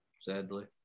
sadly